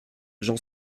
j’en